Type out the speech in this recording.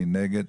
מי נגד?